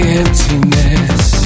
emptiness